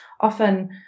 often